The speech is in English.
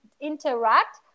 interact